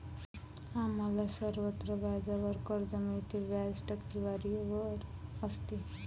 आम्हाला सर्वत्र व्याजावर कर्ज मिळते, व्याज टक्केवारीवर असते